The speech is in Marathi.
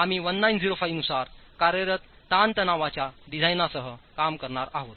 आम्ही 1905 नुसार कार्यरत ताणतणावाच्या डिझाइनसह काम करणार आहोत